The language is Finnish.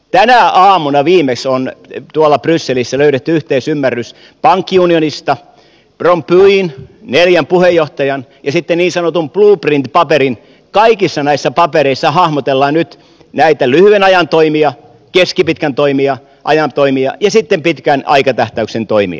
tänä aamuna viimeksi on tuolla brysselissä löydetty yhteisymmärrys pankkiunionista rompuyn neljän puheenjohtajan ja sitten niin sanotun blueprint paperin kaikissa näissä papereissa hahmotellaan nyt näitä lyhyen ajan toimia keskipitkän ajan toimia ja sitten pitkän aikatähtäyksen toimia